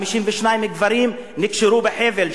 52 גברים נקשרו בחבל,